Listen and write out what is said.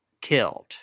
killed